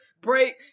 break